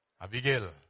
Abigail